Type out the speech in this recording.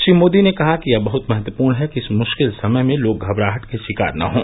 श्री मोदी ने कहा कि यह बहुत महत्वपूर्ण है कि इस मुश्किल समय में लोग घबराहट के शिकार न हों